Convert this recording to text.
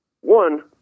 One